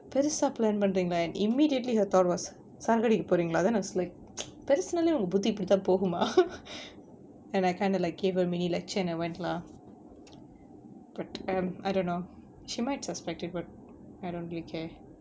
பெருசா:perusaa plan பண்றீங்கள:panreengala immediately her thought was சரக்கு அடிக்க போறீங்களா:sarakku adikka poreengalaa then I was like பெருசுனாலே உன் புத்தி இப்டிதா போகுமா:perusunaalae un butthi ipdithaa pogumaa and I kind of like gave her a mini lecuture and I went lah but I'm I don't know she might suspect it but I don't really care